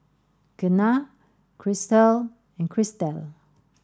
Kenna Chrystal and Christal